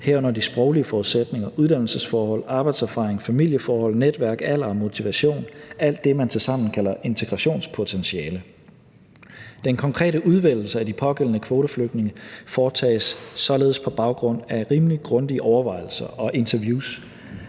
herunder de sproglige forudsætninger, uddannelsesforhold, arbejdserfaring, familieforhold, netværk, alder og motivation, alt det, man tilsammen kalder integrationspotentiale. Den konkrete udvælgelse af de pågældende kvoteflygtninge foretages således på baggrund af rimelig grundige overvejelser og interviews.